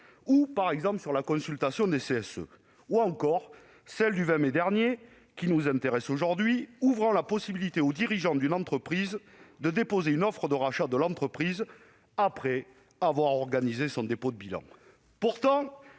du travail ou sur la consultation des comités sociaux et économiques. Celle du 20 mai dernier, qui nous intéresse aujourd'hui, ouvre la possibilité, pour le dirigeant d'une entreprise, de déposer une offre de rachat de l'entreprise après avoir organisé son dépôt de bilan.